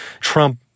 Trump